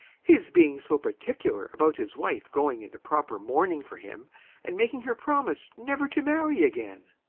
his being so particular about his wife going into proper mourning for him and making her promise never to marry again.